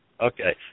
Okay